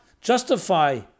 justify